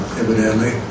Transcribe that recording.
evidently